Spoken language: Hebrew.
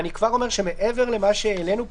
אני כבר לומר שמעבר למה שהעלינו פה,